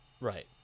Right